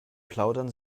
plaudern